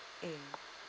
mm